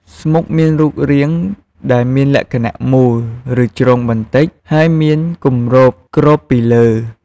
ស្មុកមានរូបរាងដែលមានលក្ខណៈមូល ឬជ្រុងបន្តិចហើយមានគម្របគ្របពីលើ។